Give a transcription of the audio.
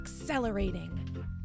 accelerating